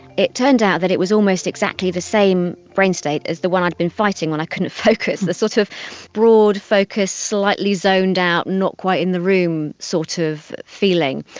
it turned out that it was almost exactly the same brain state as the one i had been fighting when i couldn't focus, a sort of broad focus, slightly zoned out, not quite in the room sort of feeling.